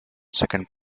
second